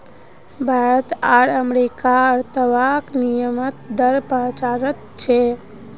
भारत आर अमेरिकार अंतर्बंक विनिमय दर पचाह्त्तर छे